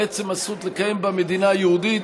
על עצם הזכות לקיים בה מדינה יהודית.